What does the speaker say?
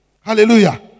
Hallelujah